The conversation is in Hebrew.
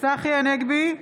צחי הנגבי,